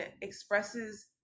expresses